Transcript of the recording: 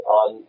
on